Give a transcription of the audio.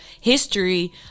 history